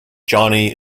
johnny